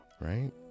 right